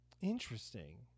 interesting